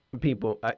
people